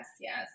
yes